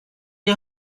est